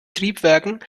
triebwerken